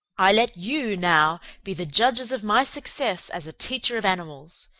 i let you, now, be the judges of my success as a teacher of animals.